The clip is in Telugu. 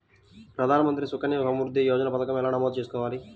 ప్రధాన మంత్రి సుకన్య సంవృద్ధి యోజన పథకం ఎలా నమోదు చేసుకోవాలీ?